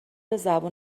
زبون